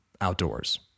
outdoors